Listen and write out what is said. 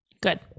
Good